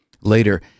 later